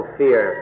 fear